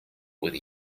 with